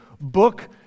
book